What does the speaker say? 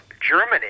germany